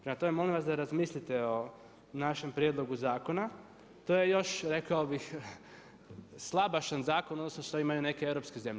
Prema tome, molim vas da razmislite o našem prijedlogu zakona, to je još rekao bih slabašan zakon u odnosu na ono što imaju neke europske zemlje.